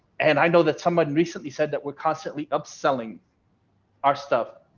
and i know that someone recently said that we're constantly upselling our stuff,